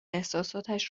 احساساتش